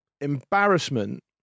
embarrassment